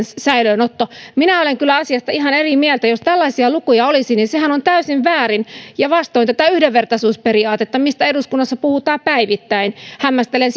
säilöönotto minä olen kyllä asiasta ihan eri mieltä jos tällaisia lukuja olisi niin sehän on täysin väärin ja vastoin tätä yhdenvertaisuusperiaatetta mistä eduskunnassa puhutaan päivittäin hämmästelen